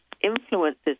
influences